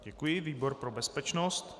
Děkuji, výbor pro bezpečnost.